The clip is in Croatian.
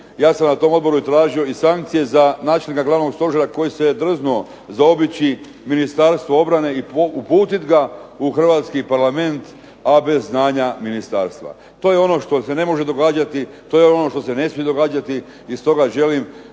ja sam na tom Odboru tražio sankcije za načelnika glavnog Stožera koji se drznuo zaobići Ministarstvo obrane i uputiti ga u Hrvatski parlament a bez znanja Ministarstva. To je ono što se ne može događati, to je ono što se ne smije događati i stoga želim